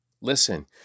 Listen